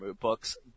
books